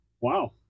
wow